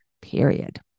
period